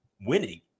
winning